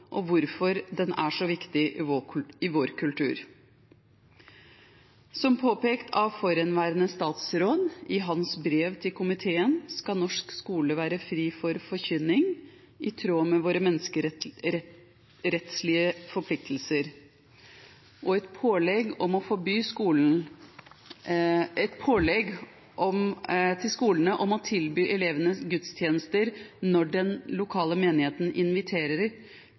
og hvorfor den er så viktig i vår kultur. Som påpekt av forhenværende statsråd i hans brev til komiteen skal norsk skole være fri for forkynning, i tråd med våre menneskerettslige forpliktelser, og et pålegg til skolene om å tilby elevene gudstjenester når den lokale menigheten inviterer,